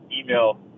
email